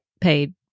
paid